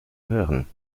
hören